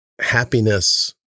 happiness